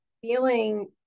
feeling